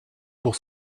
pour